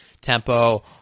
tempo